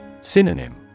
Synonym